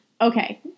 okay